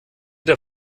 der